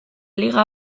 liga